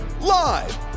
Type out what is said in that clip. live